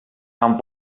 amb